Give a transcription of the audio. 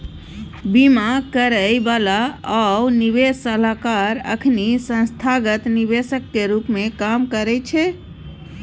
बीमा करइ बला आ निवेश सलाहकार अखनी संस्थागत निवेशक के रूप में काम करइ छै